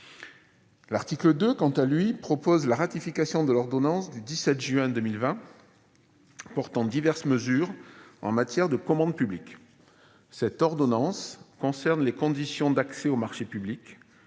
L'article 2 a quant à lui pour objet de ratifier l'ordonnance du 17 juin 2020 portant diverses mesures en matière de commande publique. Cette ordonnance concerne les conditions d'accès aux marchés publics.